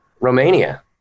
Romania